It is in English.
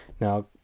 Now